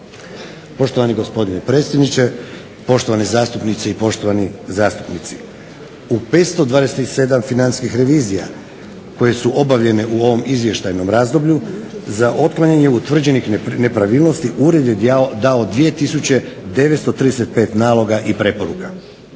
Poštovani gospodine predsjedniče, poštovane zastupnice i poštovani zastupnici u 527 financijskih revizija koje su obavljene u ovom izvještajnom razdoblju za otklanjanje utvrđenih nepravilnosti Ured je dao 20935 naloga i preporuka.